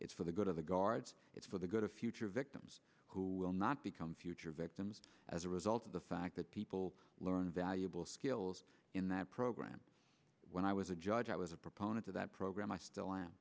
it's for the good of the guards it's for the good of future victims who will not become future victims as a result of the fact that people learn valuable skills in that program when i was a judge i was a proponent of that program i still